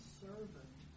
servant